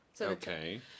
Okay